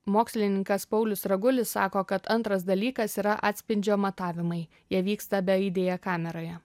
mokslininkas paulius ragulis sako kad antras dalykas yra atspindžio matavimai jie vyksta beaidėje kameroje